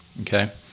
okay